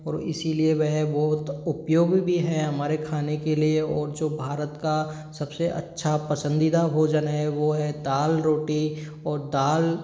और इसी लिए वह बहोत उपयोग भी है हमारे खाने के लिए और जो भारत का सबसे अच्छा पसंदीदा भोजन है वो है दाल रोटी और दाल